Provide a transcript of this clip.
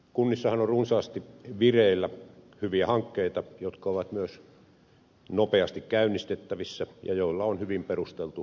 kunnissahan on runsaasti vireillä hyviä hankkeita jotka ovat myös nopeasti käynnistettävissä ja joilla on hyvin perusteltu tarve